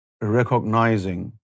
recognizing